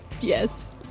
Yes